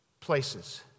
places